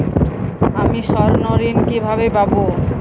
আমি স্বর্ণঋণ কিভাবে পাবো?